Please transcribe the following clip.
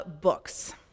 books